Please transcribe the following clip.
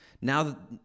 Now